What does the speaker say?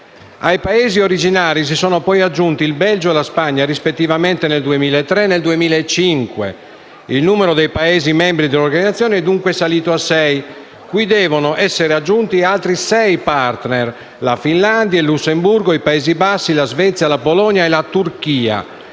Ai Paesi originari si sono poi aggiunti il Belgio e la Spagna, rispettivamente nel 2003 e nel 2005. Il numero dei Paesi membri dell'Organizzazione è dunque salito a sei, cui devono essere aggiunti altri sei *partner*, la Finlandia, il Lussemburgo, i Paesi Bassi, la Svezia, la Polonia e la Turchia.